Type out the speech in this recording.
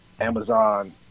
Amazon